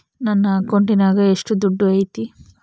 ನನ್ನ ಅಕೌಂಟಿನಾಗ ಎಷ್ಟು ದುಡ್ಡು ಐತಿ?